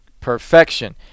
perfection